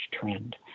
trend